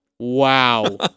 Wow